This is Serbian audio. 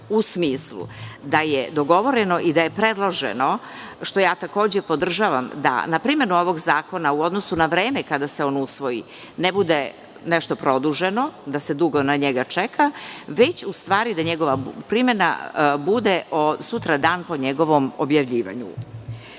u smislu da je dogovoreno i da je predloženo, što ja takođe podržavam, da na primenu ovog zakona u odnosu na vreme kada se on usvoji ne bude nešto produženo, da se dugo na njega čeka, već da njegova primena bude sutradan po njegovom objavljivanju. Problemi